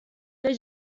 they